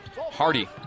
Hardy